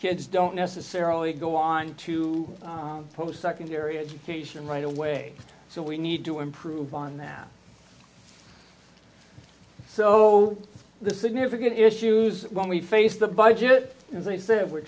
kids don't necessarily go on to post secondary education right away so we need to improve on that so the significant issues when we faced the budget and he said we're